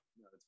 No